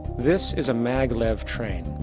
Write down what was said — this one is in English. this is a mag-lev train.